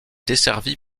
desservie